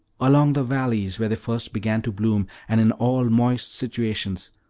along the valleys, where they first began to bloom, and in all moist situations,